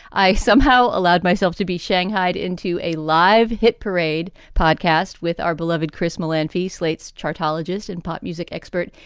i somehow allowed myself to be shanghaied into a live hit parade podcast with our beloved chris melaniphy, slate's chart ologist and pop music expert.